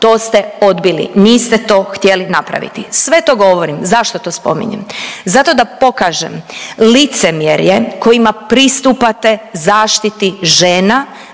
to ste odbili, niste to htjeli napraviti. Sve to govorim, zašto to spominjem? Zato da pokažem licemjerje kojima pristupate zaštiti žena